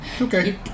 okay